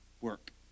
Work